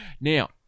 Now